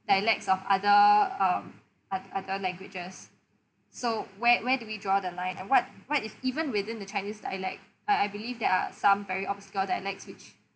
dialects of other um oth~ other languages so where where do we draw the line and what what if even within the chinese dialect I I believe there are some very obscure dialects which